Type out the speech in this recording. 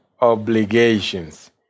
obligations